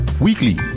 Weekly